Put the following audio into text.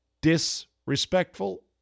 disrespectful